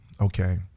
okay